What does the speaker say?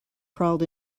crawled